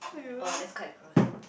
oh that's quite gross